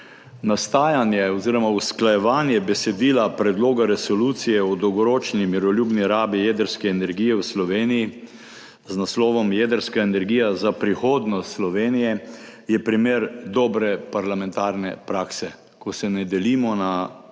Nastajanje oziroma usklajevanje besedila Predloga resolucije o dolgoročni miroljubni rabi jedrske energije v Sloveniji z naslovom Jedrska energija za prihodnost Slovenije je primer dobre parlamentarne prakse, ko se ne delimo na koalicijo